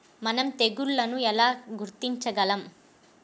మనం తెగుళ్లను ఎలా గుర్తించగలం?